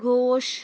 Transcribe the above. Ghosh